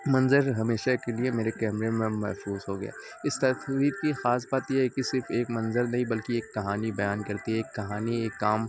منظر ہمیشہ کے لیے میرے کیمرے میں محفوظ ہو گیا اس تصویر کی خاص بات یہ ہے کہ صرف ایک منظر نہیں بلکہ ایک کہانی بیان کرتی ہے ایک کہانی ایک کام